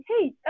hey